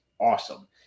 awesome